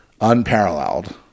unparalleled